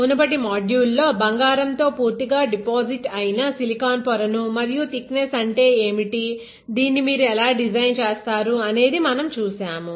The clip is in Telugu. మునుపటి మాడ్యూల్ లో బంగారం తో పూర్తిగా డిపాజిట్ అయిన సిలికాన్ పొరను మరియు థిక్నెస్అంటే ఏమిటి దీన్ని మీరు ఎలా డిజైన్ చేస్తారు అనేది మనం చూశాము